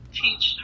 teach